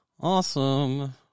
Awesome